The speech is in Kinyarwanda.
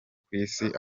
kw’isi